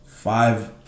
Five